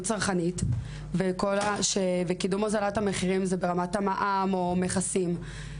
צרכנית והוזלת המחירים בתחום המע"מ או המכסים,